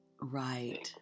Right